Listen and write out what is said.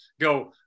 go